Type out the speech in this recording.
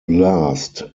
last